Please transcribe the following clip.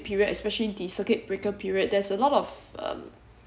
period especially the circuit breaker period there's a lot of um